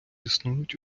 існують